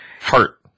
Heart